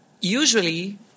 usually